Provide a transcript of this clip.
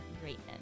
greatness